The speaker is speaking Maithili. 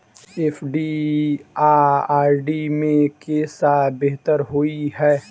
एफ.डी आ आर.डी मे केँ सा बेहतर होइ है?